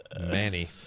Manny